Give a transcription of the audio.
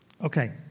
Okay